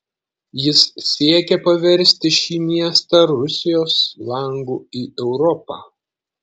jis siekė paversti šį miestą rusijos langu į europą